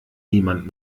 niemand